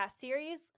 series